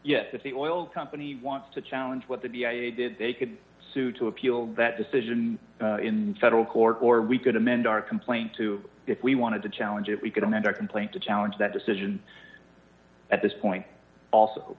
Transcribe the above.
yet that the oil company wants to challenge what they did they could sue to appeal that decision in federal court or we could amend our complaint to if we wanted to challenge it we could amend our complaint to challenge that decision at this point also